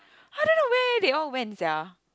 I don't know where they all went sia